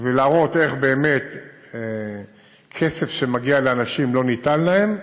להראות איך באמת כסף שמגיע לאנשים לא ניתן להם.